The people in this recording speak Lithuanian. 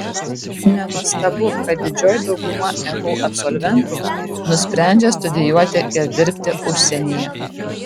nenuostabu kad didžioji dauguma ehu absolventų nusprendžia studijuoti ir dirbti užsienyje